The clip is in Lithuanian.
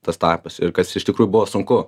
tas tarpas ir kas iš tikrųjų buvo sunku